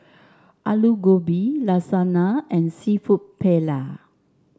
Alu Gobi Lasagna and seafood Paella